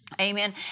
Amen